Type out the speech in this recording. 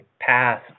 path